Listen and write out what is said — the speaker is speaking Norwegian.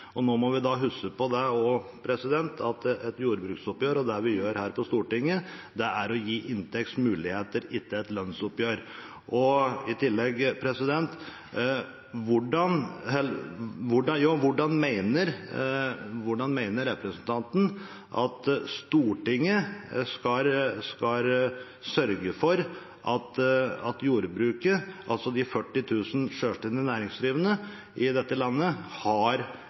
Og nå må vi huske på, når det gjelder lønnsoppgjør, at det vi gjør her på Stortinget, er å gi inntektsmuligheter, det er ikke et lønnsoppgjør. Og i tillegg: Hvordan mener representanten at Stortinget skal sørge for at jordbruket – altså de 40 000 selvstendig næringsdrivende i dette landet – får en inntekt som de har